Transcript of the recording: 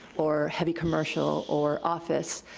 or heavy commercial or office,